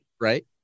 right